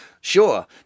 sure